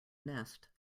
nest